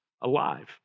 alive